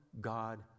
god